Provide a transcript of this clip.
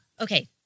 Okay